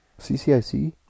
CCIC